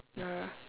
Nora